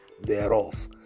thereof